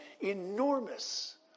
enormous